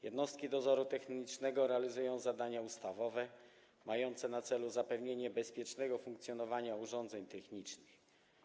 Jednostki dozoru technicznego realizują zadania ustawowe mające na celu zapewnienie bezpiecznego funkcjonowania urządzeń technicznych.